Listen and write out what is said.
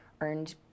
earned